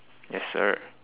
yes sir